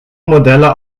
modelle